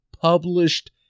published